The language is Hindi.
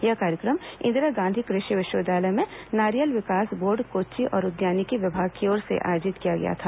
यह कार्यक्रम इंदिरा गांधी कृषि विश्वविद्यालय में नारियल विकास बोर्ड कोच्चि और उद्यानिकी विभाग की ओर से आयोजित किया गया था